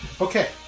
Okay